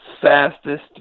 fastest